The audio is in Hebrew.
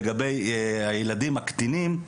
לגבי הילדים הקטינים,